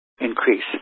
increase